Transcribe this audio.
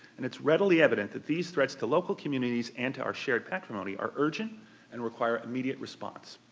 and it's readily evident that these threats to local communities and to our shared patrimony are urgent and require immediate response.